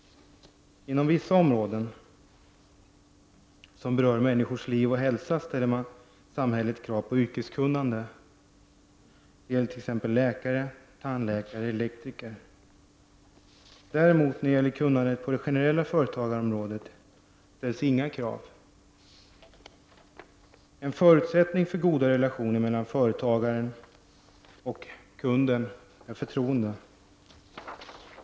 Inom vissa områden som berör människors liv och hälsa ställer samhället krav på yrkeskunnande. Det gäller t.ex. läkare, tandläkare och elektriker. När det däremot gäller kunnandet på det generella företagarområdet ställs inga krav. En förutsättning för goda relationer mellan företagaren och kunden är förtroende.